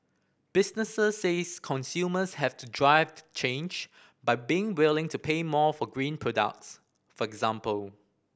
businesses says consumers have to drive to change by being willing to pay more for green products for example